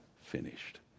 finished